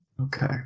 Okay